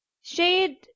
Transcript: Shade